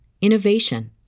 innovation